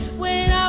when